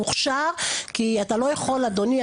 מוכשר כי אתה לא יכול אדוני,